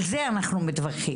על זה אנחנו מתווכחים.